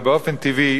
ובאופן טבעי